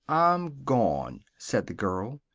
i'm gone, said the girl.